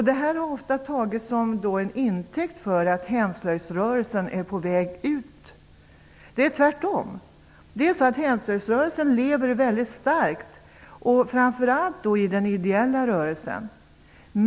Det har ofta tagits som intäkt för att Hemslöjdsrörelsen är på väg ut. Tvärtom! Hemslöjdsrörelsen lever väldigt starkt, framför allt i den ideella rörelsen.